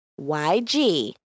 YG